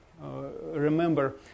remember